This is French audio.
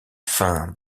fin